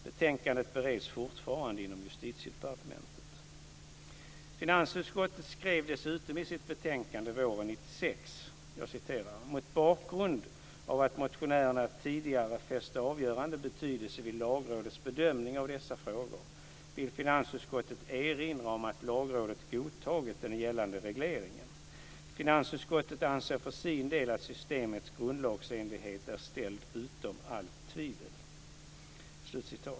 Betänkandet bereds fortfarande inom Justitiedepartementet. Finansutskottet skrev dessutom i sitt betänkande våren 1996 : "Mot bakgrund av att motionärerna tidigare fäst avgörande betydelse vid Lagrådets bedömning av dessa frågor vill finansutskottet erinra om att Lagrådet godtagit den gällande regleringen. Finansutskottet anser för sin del att systemets grundlagsenlighet är ställd utom allt tvivel."